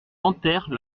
enterre